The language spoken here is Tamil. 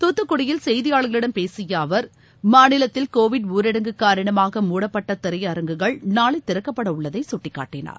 துத்துக்குடியில் செய்தியாளர்களிடம் பேசிய அவர் மாநிலத்தில் கோவிட் ஊரடங்கு காரணமாக மூடப்பட்ட திரையரங்குகள் நாளை திறக்கப்பட உள்ளதை சுட்டிக்காட்டினார்